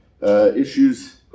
issues